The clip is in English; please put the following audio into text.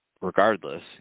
regardless